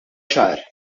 ċar